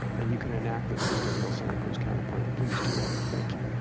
and you can enact the sustainable santa cruz county plan. please do that, thank you.